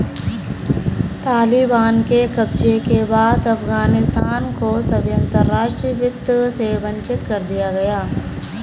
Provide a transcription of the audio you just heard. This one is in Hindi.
तालिबान के कब्जे के बाद अफगानिस्तान को सभी अंतरराष्ट्रीय वित्त से वंचित कर दिया गया